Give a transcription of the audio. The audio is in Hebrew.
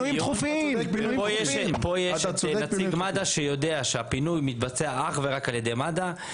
ופה יש נציג מד"א שיודע שהפינוי מתבצע אך ורק על ידי מד"א.